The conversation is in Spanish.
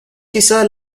quizá